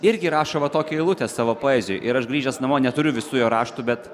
irgi rašo va tokią eilutę savo poezijoj ir aš grįžęs namo neturiu visų jo raštų bet